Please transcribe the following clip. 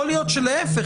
יכול להיות שלהפך,